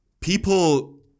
people